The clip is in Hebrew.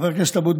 חבר הכנסת אבוטבול,